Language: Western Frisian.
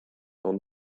fan